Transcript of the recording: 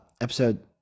Episode